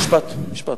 משפט.